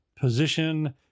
position